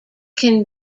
can